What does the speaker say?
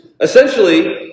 Essentially